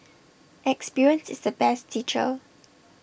experience is the best teacher